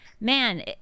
man